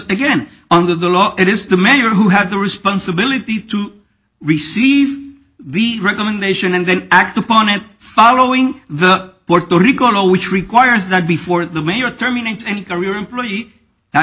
again under the law it is the man who had the responsibility to receive the recommendation and then act upon it following the puerto rico which requires that before the mayor